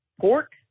Pork